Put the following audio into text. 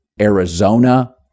Arizona